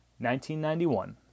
1991